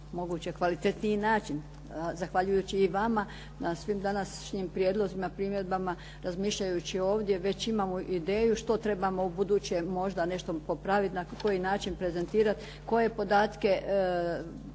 najbolje kvalitetniji način. Zahvaljujući i vama na svim današnjim prijedlozima, primjedbama razmišljajući ovdje, već imamo ideju što trebamo ubuduće možda nešto popraviti, na koji način prezentirati, koje podatke